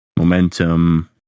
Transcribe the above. Momentum